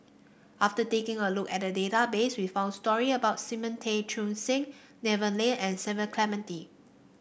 after taking a look at database we found story about Simon Tay Seong Chee Devan Nair and Cecil Clementi